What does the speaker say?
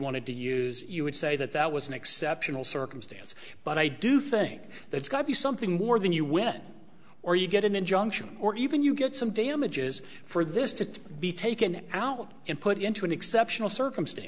wanted to use you would say that that was an exceptional circumstance but i do think that's got to be something more than you win or you get an injunction or even you get some damages for this to be taken out and put into an exceptional circumstance